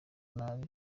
nabi